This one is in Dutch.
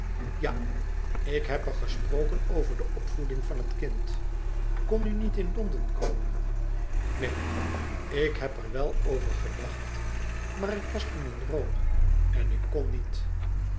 ja ik heb er gesproken over de opvoeding van het kind kon u niet in londen komen neen ik heb er wel over gedacht maar ik was toen in rome en ik kon niet